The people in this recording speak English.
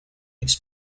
its